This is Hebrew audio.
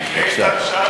בבקשה,